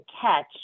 catch